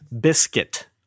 biscuit